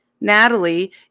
Natalie